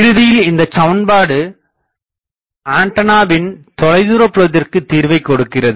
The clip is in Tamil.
இறுதியில் இந்தச்சமன்பாடு ஆண்டனாவின் தொலைதூரபுலத்திற்குத் தீர்வைகொடுக்கிறது